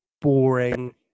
boring